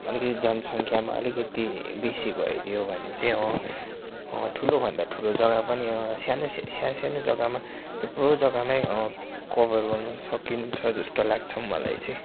अलिकति जनसङ्ख्यामा अलिकति बेसी भइदियो भने चाहिँ ठुलोभन्दा ठुलो जग्गा पनि सानो सा सानो जग्गामा थुप्रो जग्गामै कभर गर्नु सकिन्छ जस्तो लाग्छ मलाई चाहिँ